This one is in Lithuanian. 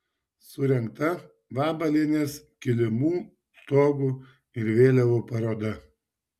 surengta vabalienės kilimų togų ir vėliavų paroda